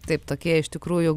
taip tokie iš tikrųjų